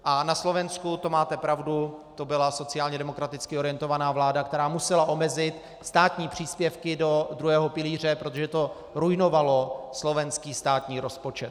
A na Slovensku, to máte pravdu, to byla sociálně demokraticky orientovaná vláda, která musela omezit státní příspěvky do druhého pilíře, protože to ruinovalo slovenský státní rozpočet.